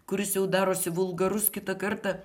kuris jau darosi vulgarus kitą kartą